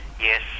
yes